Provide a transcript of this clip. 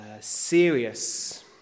serious